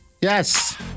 Yes